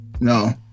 No